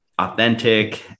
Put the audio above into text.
Authentic